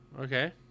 okay